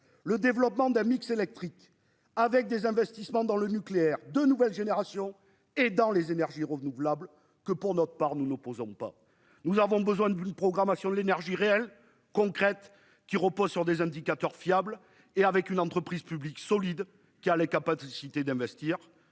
le développement d'un mix électrique, avec des investissements dans le nucléaire de nouvelle génération et dans les énergies renouvelables, que pour notre part nous n'opposons pas. Nous avons besoin d'une programmation de l'énergie réelle, concrète, qui reposent sur des indicateurs fiables et avec une entreprise publique solide qui a les capacités d'investir